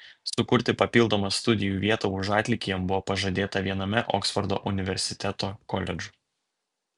sukurti papildomą studijų vietą už atlygį jam buvo pažadėta viename oksfordo universiteto koledžų